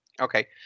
okay